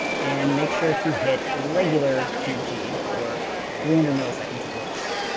and make sure to hit regular two g for three hundred milliseconds of latency.